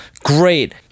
great